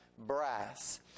brass